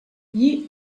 gli